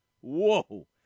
whoa